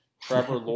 Trevor